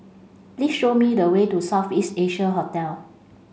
please show me the way to South East Asia Hotel